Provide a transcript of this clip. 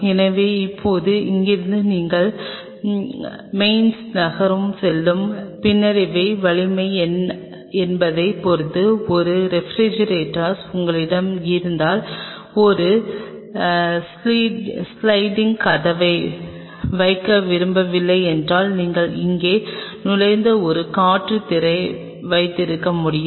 எனவே இப்போது இங்கிருந்து நீங்கள் மெயின்ஃப் நகருக்குச் செல்லும் பின்னடைவின் வலிமை என்ன என்பதைப் பொறுத்து ஒரு ரெபிரிஜிரட்டோர் எங்களிடம் இருக்கும் ஒரு ஸ்லிட்டிங் கதவை வைக்க விரும்பவில்லை என்றால் நீங்கள் இங்கே நுழைந்த ஒரு காற்று திரை வைத்திருக்க முடியும்